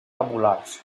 tabulars